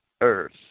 earth